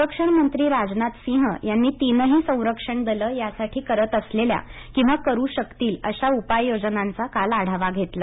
संरक्षण मंत्री राजनाथ सिंह यांनी तीनही संरक्षण दलं यासाठी करत असलेल्या किवा करू शकतील अश्या उपाययोजनांचा काल आढावा घेतला